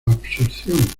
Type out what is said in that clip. absorción